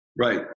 Right